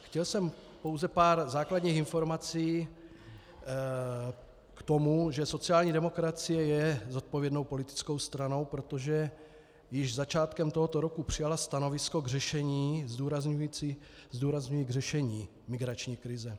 Chtěl jsem pouze pár základních informací k tomu, že sociální demokracie je zodpovědnou politickou stranou, protože již začátkem tohoto roku přijala stanovisko k řešení zdůrazňuji k řešení migrační krize.